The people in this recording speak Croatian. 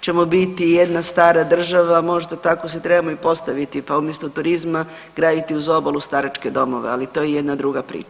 ćemo biti jedna stara država, možda tako se trebamo i postaviti pa umjesto turizma graditi uz obalu staračke domove, ali to je jedna druga priča.